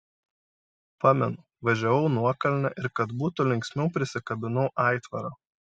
pamenu važiavau nuokalne ir kad būtų linksmiau prisikabinau aitvarą